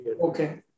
Okay